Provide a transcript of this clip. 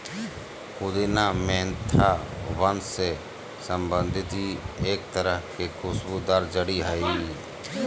पुदीना मेंथा वंश से संबंधित ई एक तरह के खुशबूदार जड़ी हइ